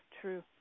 true